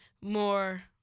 more